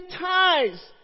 ties